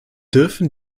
dürfen